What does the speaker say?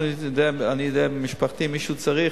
אני יודע ממשפחתי שאם מישהו צריך,